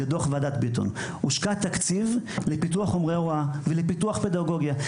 לדו"ח ועדת ביטון; הושקע תקציב לפיתוח חומרי הוראה ולפיתוח פדגוגיה.